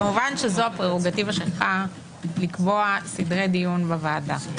כמובן זו הפררוגטיבה שלך לקבוע סדרי דיון בוועדה.